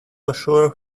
assure